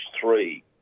three